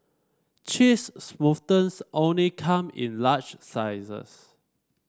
cheese smoothies only come in large sizes